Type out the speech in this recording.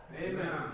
Amen